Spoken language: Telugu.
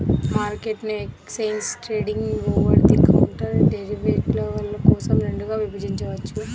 మార్కెట్ను exchange traded, over the counter డెరివేటివ్ల కోసం రెండుగా విభజించవచ్చు